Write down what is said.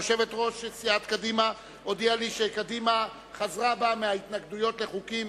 יושבת-ראש סיעת קדימה הודיעה לי שקדימה חזרה בה מההתנגדויות לחוקים,